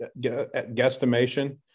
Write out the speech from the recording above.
guesstimation